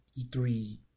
E3